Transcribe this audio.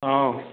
অঁ